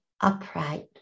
upright